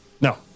No